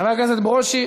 חבר הכנסת ברושי,